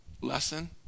Lesson